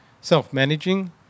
self-managing